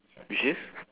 which is